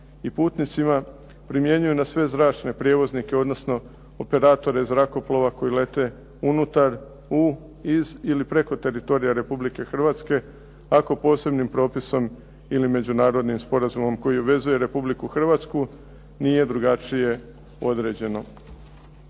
i putnicima, primjenjuju na sve zračne prijevoznike, odnosno operatora zrakoplova koji lete unutar, u, iz, ili preko teritorija Republike Hrvatske ako posebnim propisom ili međunarodnim sporazumom koji obvezuje Republiku Hrvatsku nije drugačije određeno.